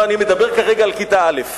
אני מדבר על כיתה א'.